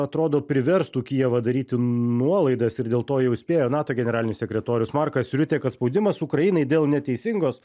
atrodo priverstų kijevą daryti nuolaidas ir dėl to jau įspėjo nato generalinis sekretorius markas riutė kad spaudimas ukrainai dėl neteisingos